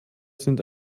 sind